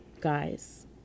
guys